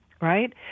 right